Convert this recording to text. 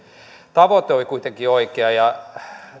tavoite oli kuitenkin oikea ja